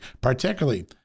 particularly